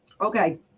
Okay